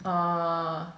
orh